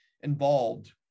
involved